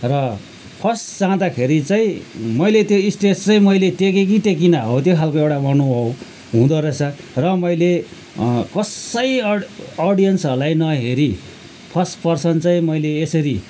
र फर्स्ट जाँदाखेरि चाहिँ मैले त्यो स्टेज चाहिँ मैले टेकेँ कि टेकिनँ हो त्यो खालको एउटा अनुभव हुँदो रहेछ र मैले कसै अडियन्सहरूलाई नहेरी फर्स्ट पर्सन चाहिँ मैले यसरी